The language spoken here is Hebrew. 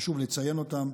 חשוב לציין אותם,